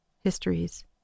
histories